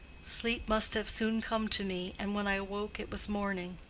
sleep must have soon come to me, and when i awoke it was morning.